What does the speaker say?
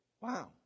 Wow